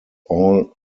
all